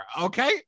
okay